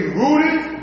rooted